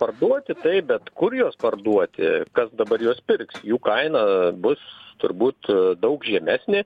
parduoti taip bet kur juos parduoti kas dabar juos pirks jų kaina bus turbūt daug žemesnė